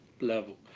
level